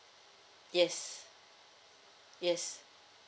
yes yes